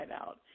out